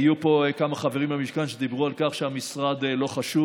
היו פה כמה חברים במשכן שדיברו על כך שהמשרד לא חשוב,